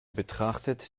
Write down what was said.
betrachtet